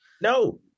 No